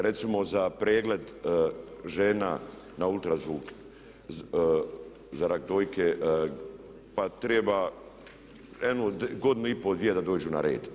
Recimo za pregled žena na ultrazvuk za rak dojke pa treba jedno godinu i pol, dvije da dođu na red.